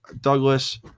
douglas